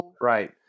Right